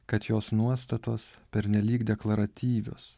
kad jos nuostatos pernelyg deklaratyvios